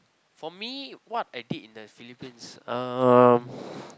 for me what I did in the Philippines um